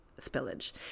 spillage